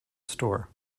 store